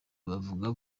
bavuga